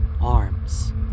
Arms